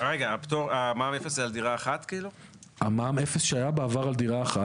רגע, מע"מ אפס זה על דירה אחת?